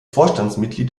vorstandsmitglied